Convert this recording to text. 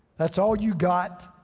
that's all you got?